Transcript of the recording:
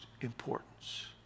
importance